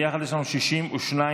ביחד יש לנו 62 בעד.